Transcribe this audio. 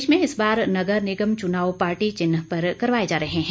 प्रदेश में इस बार नगर निगम चुनाव पार्टी चिन्ह पर करवाए जा रहे हैं